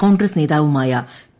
കോൺഗ്രസ് നേതാവുമായ പി